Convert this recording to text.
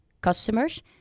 customers